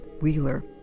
Wheeler